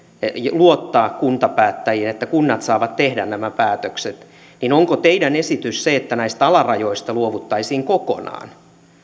luottaa kuntapäättäjiin että kunnat saavat tehdä nämä päätökset niin onko teidän esityksenne se että näistä alarajoista luovuttaisiin kokonaan